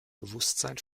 bewusstsein